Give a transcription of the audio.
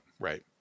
right